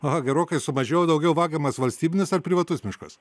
aha gerokai sumažėjo daugiau vagiamas valstybinis ar privatus miškas